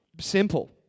simple